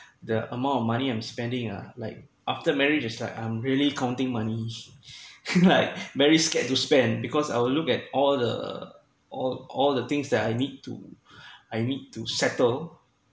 the amount of money I'm spending ah like after married just like I am really counting money like very scared to spend because I will look at all the all all the things that I need to I need to settle